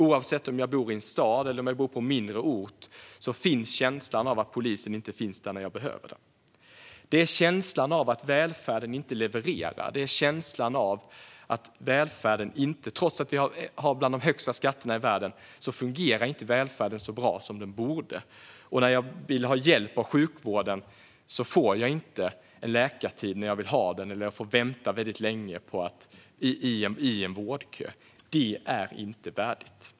Oavsett om man bor i en stad eller på en mindre ort finns känslan av att polisen inte finns där när man behöver den. Det handlar om känslan av att välfärden inte levererar, av att välfärden inte fungerar så bra som den borde, trots att vi har bland de högsta skatterna i världen. När man vill ha hjälp av sjukvården får man inte en läkartid när man vill ha den, eller så får man vänta väldigt länge i en vårdkö. Det är inte värdigt.